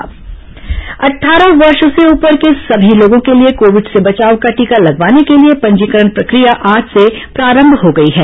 टीकाकरण पंजीयन अट्ठारह वर्ष से ऊपर के सभी लोगों के लिए कोविड से बचाव का टीका लगवाने के लिए पंजीकरण प्रक्रिया आज से प्रारम्भ हो गई है